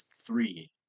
Three